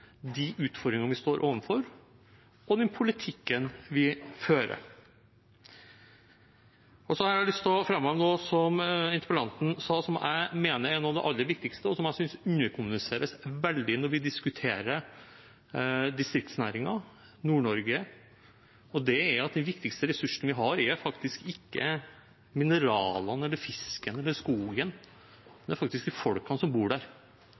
de utfordringene vi står overfor, og den politikken vi fører. Jeg har lyst til å framheve noe som interpellanten sa, som jeg mener er noe av det aller viktigste, og som jeg synes underkommuniseres veldig når vi diskuterer distriktsnæringer og Nord-Norge. Det er at den viktigste ressursen vi har, faktisk ikke er mineralene, fisken eller skogen, men de menneskene som bor